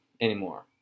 anymore